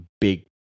big